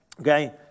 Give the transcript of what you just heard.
okay